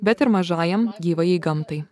bet ir mažajam gyvajai gamtai